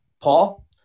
Paul